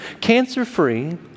cancer-free